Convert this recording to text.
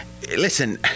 listen